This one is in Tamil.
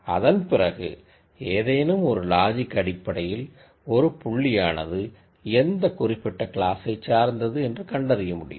அதன் பிறகு ஏதேனும் ஒரு லாஜிக் அடிப்படையில் ஒரு பாயின்ட்எந்த குறிப்பிட்ட கிளாஸை சார்ந்தது என்று கண்டறியமுடியும்